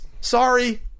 Sorry